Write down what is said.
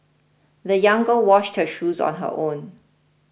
the young girl washed her shoes on her own